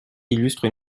illustre